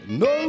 no